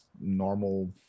normal